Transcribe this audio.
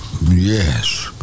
Yes